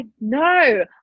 no